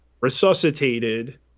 resuscitated